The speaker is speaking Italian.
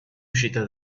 uscita